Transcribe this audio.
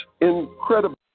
incredible